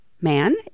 man